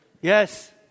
Yes